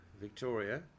Victoria